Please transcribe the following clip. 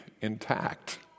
intact